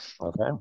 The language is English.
okay